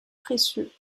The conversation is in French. précieux